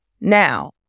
Now